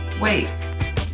Wait